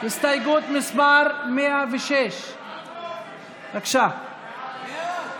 הסתייגות מס' 106. בעד,